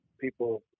people